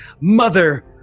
Mother